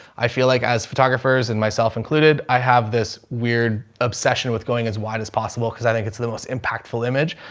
i feel like as photographers and myself included, i have this weird obsession with going as wide as possible cause i think it's the most impactful image.